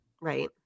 Right